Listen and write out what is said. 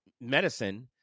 medicine